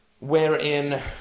wherein